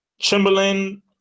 Chamberlain